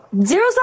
Zero